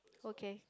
okay